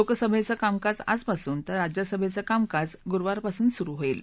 लोकसभेचं कामकाज आजपासून तर राज्यसभेचं कामकाज गुरुवारपासून सुरू होईल